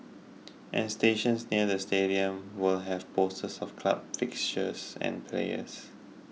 and stations near to stadiums will have posters of club fixtures and players